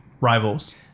rivals